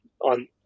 on